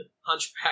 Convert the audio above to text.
Hunchback